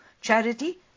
charity